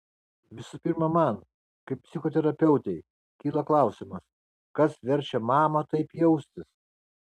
visų pirma man kaip psichoterapeutei kyla klausimas kas verčia mamą taip jaustis